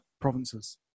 provinces